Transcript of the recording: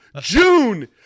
June